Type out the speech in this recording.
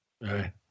Right